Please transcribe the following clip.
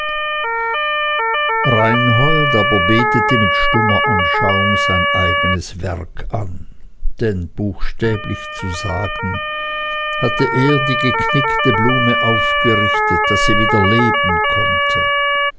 reinhold aber betete mit stummer anschauung sein eigenes werk an denn buchstäblich zu sagen hatte er die geknickte blume aufgerichtet daß sie wieder leben konnte